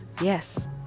Yes